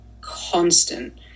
constant